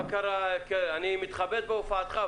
אני מתכבד בהופעתך.